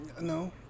No